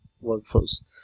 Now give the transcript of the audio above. workforce